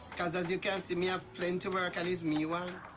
because as you can see, me have plenty work, and is me one.